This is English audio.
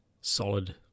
solid